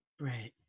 Right